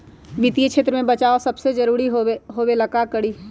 वित्तीय क्षेत्र में बचाव सबसे जरूरी होबल करा हई